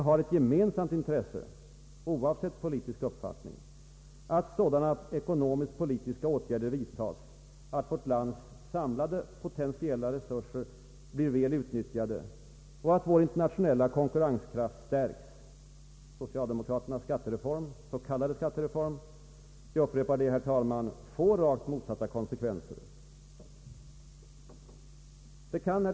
Vi har ett gemensamt intresse, oavsett politisk uppfattning, av att sådana ekonomiskt politiska åtgärder vidtas att vårt lands samlade potentiella resurser blir väl utnyttjade och att vår internationella konkurrenskraft stärks. Socialdemokraternas s.k. skattereform får — jag upprepar detta, herr talman — rakt motsatta konsekvenser. Herr talman!